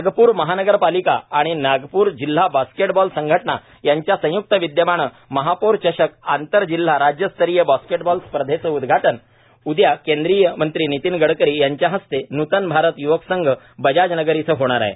नागपूर महानगरपालिका आणि नागपूर जिल्हा बास्केटबॉल संघटना यांच्या संय्क्त विद्यमान महापौर चशक आंतरजिल्हा राज्यस्तरीय बास्केटबॉल स्पर्धेचं उद्घाटन उद्या केंद्रीय मंत्री नितीन गडकरी यांच्या हस्ते नूतन भारत य्वक संघ बजाज नगर इथं होणार आहे